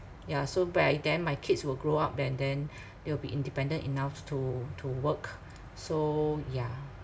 ya so by then my kids will grow up and then they'll be independent enough to to work so yeah